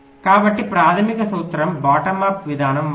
కాబట్టి ప్రాథమిక సూత్రం బాటమ్ అప్ విధానం వంటిది